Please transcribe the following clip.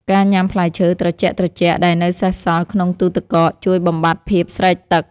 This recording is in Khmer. ការញ៉ាំផ្លែឈើត្រជាក់ៗដែលនៅសេសសល់ក្នុងទូទឹកកក ជួយបំបាត់ភាពស្រេកទឹក។